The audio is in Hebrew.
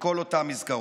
בכל אותן מסגרות?